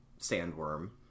sandworm